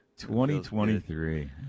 2023